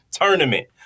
Tournament